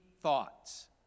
thoughts